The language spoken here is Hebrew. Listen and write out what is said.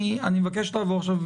אני מבקש לעבור עכשיו,